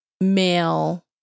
male